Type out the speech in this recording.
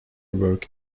work